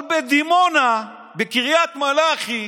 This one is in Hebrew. בדימונה, בקריית מלאכי,